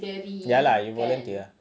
ya lah you volunteer ah